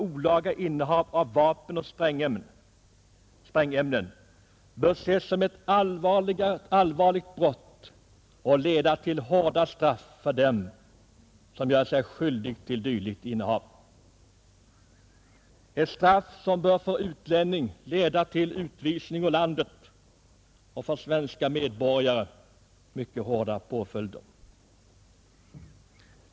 Olaga innehav av vapen och sprängämnen bör betraktas som ett allvarligt brott och leda till hårda straff för dem som gör sig skyldiga till dylikt innehav. Det bör för utlänning leda till utvisning ur landet och för svenska medborgare till mycket hårda straff.